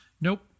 nope